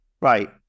Right